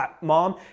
mom